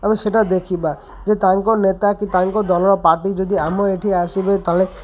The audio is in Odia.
ଆମେ ସେଇଟା ଦେଖିବା ଯେ ତାଙ୍କ ନେତା କି ତାଙ୍କ ଦଳର ପାର୍ଟି ଯଦି ଆମ ଏଠି ଆସିବେ ତା'ହେଲେ